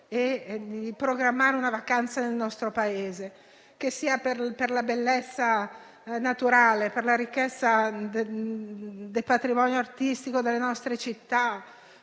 di programmare una vacanza nel nostro Paese per la bellezza naturale, per la ricchezza del patrimonio artistico delle nostre città,